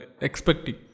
expecting